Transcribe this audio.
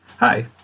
Hi